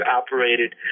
operated